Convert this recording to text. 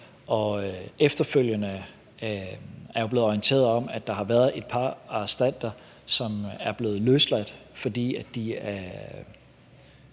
og efterfølgende er jeg blevet orienteret om, at der har været et par arrestanter, som er blevet løsladt, fordi de er